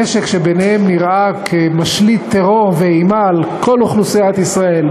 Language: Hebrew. נשק שבעיניהם נראה כמשליט טרור ואימה על כל אוכלוסיית ישראל,